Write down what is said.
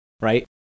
right